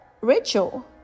Rachel